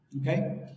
okay